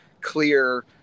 clear